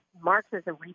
Marxism